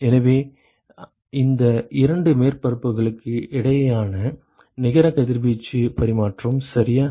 எனவே இந்த இரண்டு மேற்பரப்புகளுக்கு இடையிலான நிகர கதிர்வீச்சு பரிமாற்றம் சரியா